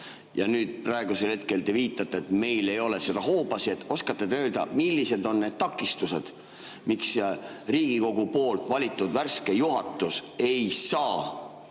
Praegusel hetkel te viitate, et meil ei ole seda hooba. Oskate te öelda, millised on need takistused, miks Riigikogu valitud värske juhatus ei saa